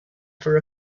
for